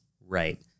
Right